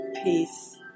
Peace